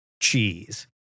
cheese